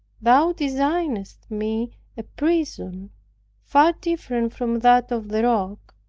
thou designedst me a prison far different from that of the rock,